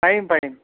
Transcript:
পাৰিম পাৰিম